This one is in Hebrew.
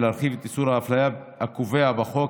ולהרחיב את איסור האפליה הקבוע בחוק,